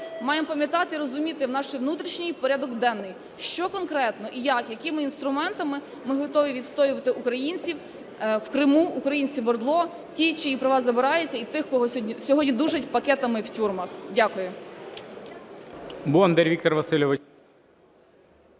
маємо пам'ятати, розуміти наш внутрішній порядок денний, що конкретно і як, якими інструментами ми готові відстоювати українців в Криму, українців в ОРДЛО, тих, чиї права забираються, і тих, кого сьогодні душать пакетами в тюрмах. Дякую.